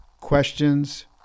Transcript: questions